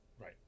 right